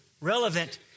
relevant